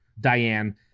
Diane